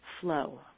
flow